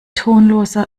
tonloser